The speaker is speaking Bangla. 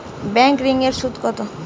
ব্যাঙ্ক ঋন এর সুদ কত?